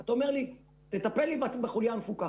אתה אומר לי "תטפל לי בחוליה המפוקחת".